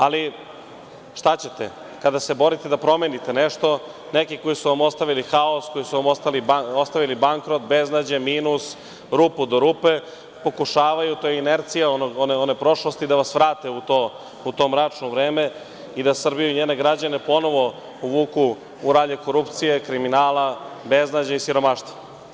Ali, šta ćete, kada se borite da promenimo nešto, neki koji su vam ostavili haos, koji su vam ostavili bankrot, beznađe, minus, rupu do rupe, pokušavaju da vas vrate u to mračno vreme i da Srbiju i njene građane ponovo uvuku u ralje korupcije, kriminala, beznađa i siromaštva.